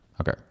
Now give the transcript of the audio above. Okay